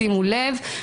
שימו לב,